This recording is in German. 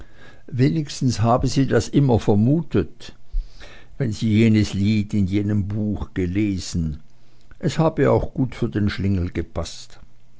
wenigstens habe sie das immer vermutet wenn sie jenes lied in einem buche gelesen es habe auch gut für den schlingel gepaßt